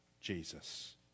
Jesus